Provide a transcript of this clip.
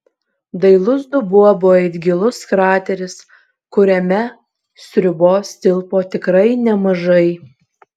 dailus dubuo buvo it gilus krateris kuriame sriubos tilpo tikrai nemažai